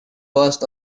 worst